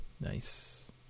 Nice